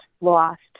lost